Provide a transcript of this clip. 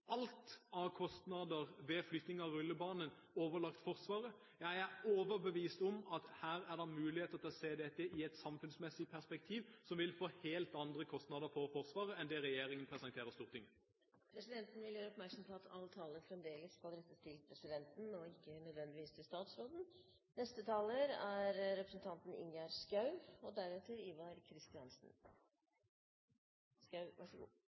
alt av kostnader ved flytting av rullebanen over på Forsvaret. Jeg er overbevist om at her er det muligheter til å se dette i et samfunnsmessig perspektiv, noe som vil føre til helt andre kostnader for Forsvaret enn det regjeringen presenterer for Stortinget. Presidenten vil gjøre oppmerksom på at all tale fremdeles skal rettes til presidenten og ikke nødvendigvis til statsråden. Jeg har med interesse hørt på hva representanten